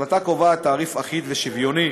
ההחלטה קובעת תעריף אחיד ושוויוני